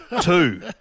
two